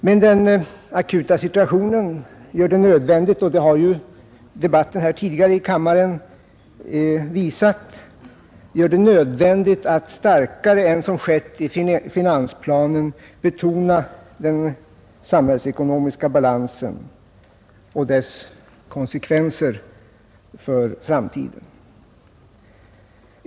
Men den akuta situationen gör det nödvändigt — det har debatten i kammaren tidigare i dag visat — att starkare än som skett i finansplanen betona vikten av den samhällsekonomiska balansen och dess konsekvenser för framtiden.